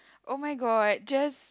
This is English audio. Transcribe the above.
oh-my-god just